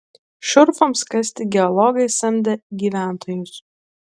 šurfams kasti geologai samdė gyventojus